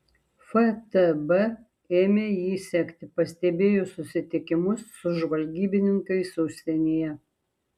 ftb ėmė jį sekti pastebėjo susitikimus su žvalgybininkais užsienyje